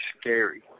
scary